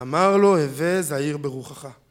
אמר לו, הווה זהיר ברוחך.